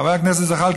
חבר הכנסת זחאלקה,